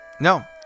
No